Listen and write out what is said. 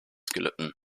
gelitten